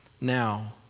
now